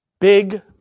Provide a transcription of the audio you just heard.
Big